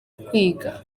kwiga